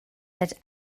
that